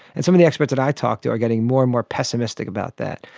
and some of the experts that i talk to are getting more and more pessimistic about that,